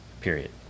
period